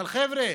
אבל חבר'ה,